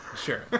Sure